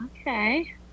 Okay